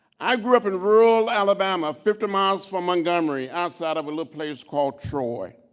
i grew up in rural alabama, fifty miles from montgomery, outside of a little place called troy.